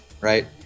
right